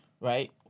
right